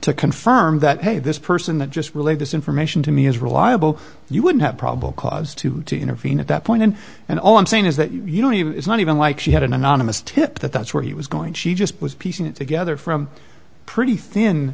to confirm that hey this person that just released this information to me is reliable you would have probable cause to intervene at that point and and all i'm saying is that you don't even it's not even like she had an anonymous tip that that's where he was going she just was piecing it together from pretty thin